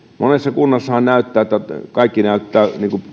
monessa kunnassahan kaikki näyttää